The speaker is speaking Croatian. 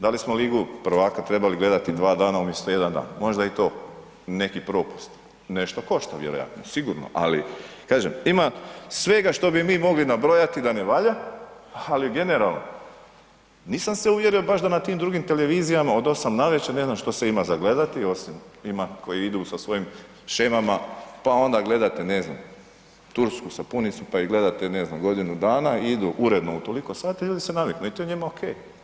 Da li smo ligu prvaka trebali gledati dva dana umjesto jedan da možda je i to neki propust, nešto košta vjerojatno sigurno, ali kažem ima svega što bi mi mogli nabrojati da ne valja, ali generalno nisam se uvjerio baš da na tim drugim televizijama od 8 navečer ne znam što se ima za gledati osim ima koji se svojim shemama, pa onda gledate ne znam tursku sapunicu pa ih gledate ne znam godinu dana i idu uredno u toliko sati i ljudi se naviknu i to je njima ok.